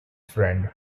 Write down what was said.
friend